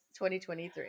2023